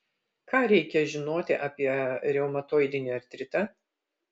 ką reikia žinoti apie reumatoidinį artritą